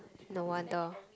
no wonder